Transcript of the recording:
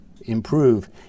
improve